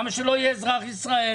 למה שלא יהיה אזרח ישראל?